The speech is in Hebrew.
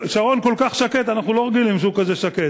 שרון כל כך שקט, אנחנו לא רגילים שהוא כל כך שקט.